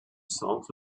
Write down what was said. sounds